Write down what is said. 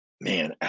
man